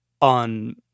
on